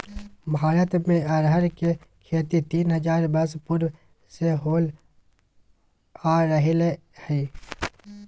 भारत में अरहर के खेती तीन हजार वर्ष पूर्व से होल आ रहले हइ